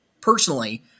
personally